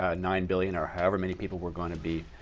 ah nine billion or however many people we're going to be